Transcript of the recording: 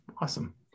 awesome